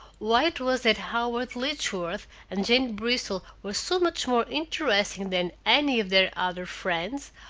why it was that howard letchworth and jane bristol were so much more interesting than any of their other friends,